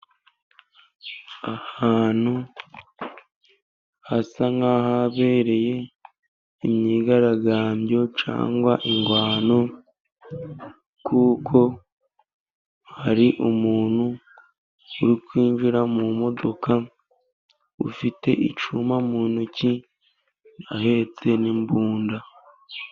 Ahantu hasa nk'ahabereye imyigaragambyo cyangwa indwano, kuko hari umuntu uri kwinjira mu modoka, ufite icyuma mu ntoki, ahetse n'imbunda.